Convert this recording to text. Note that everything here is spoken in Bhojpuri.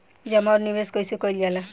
जमा और निवेश कइसे कइल जाला?